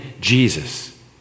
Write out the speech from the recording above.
Jesus